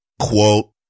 Quote